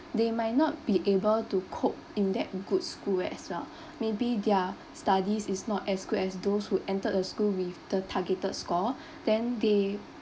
they might not be able to cope in that good school as well maybe their studies is not as good as those who entered a school with the targeted score then they